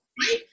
right